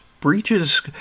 breaches